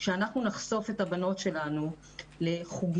כשאנחנו נחשוף את הבנות שלנו לחוגים,